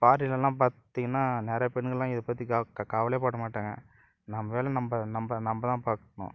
ஃபாரின்லலாம் பார்த்திங்கன்னா நிறையா பெண்கள்லாம் இதை பற்றி க க கவலையே பட மாட்டாங்க நம்ப வேலையை நம்ப நம்ப நம்ப தான் பார்க்கணும்